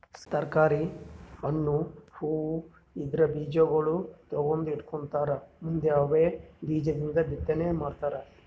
ತರ್ಕಾರಿ, ಹಣ್ಣ್, ಹೂವಾ ಇದ್ರ್ ಬೀಜಾಗೋಳ್ ತಗದು ಇಟ್ಕೊಂಡಿರತಾರ್ ಮುಂದ್ ಅವೇ ಬೀಜದಿಂದ್ ಬಿತ್ತನೆ ಮಾಡ್ತರ್